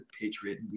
patriot